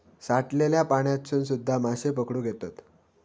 साठलल्या पाण्यातसून सुध्दा माशे पकडुक येतत